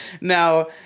Now